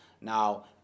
now